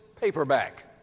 paperback